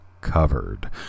covered